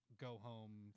go-home